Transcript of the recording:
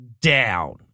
down